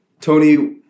Tony